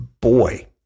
boy